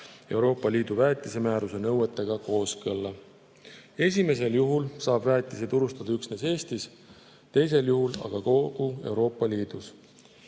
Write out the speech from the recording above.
Euroopa Liidu väetise[toodete] määruse nõuetega. Esimesel juhul saab väetisi turustada üksnes Eestis, teisel juhul aga kogu Euroopa Liidus.